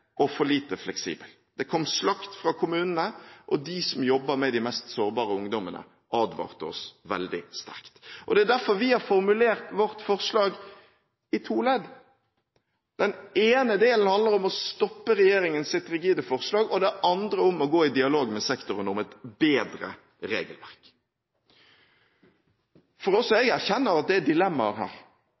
og for lite fleksibel. Det kom slakt fra kommunene, og de som jobber med de mest sårbare ungdommene advarte oss veldig sterkt. Det er derfor vi har formulert vårt forslag i to ledd. Den ene delen handler om å stoppe regjeringens rigide forslag, og det andre om å gå i dialog med sektoren om et bedre regelverk. Også jeg erkjenner at det er dilemmaer